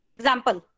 example